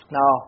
Now